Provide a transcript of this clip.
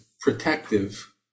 protective